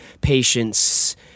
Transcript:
patience